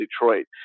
Detroit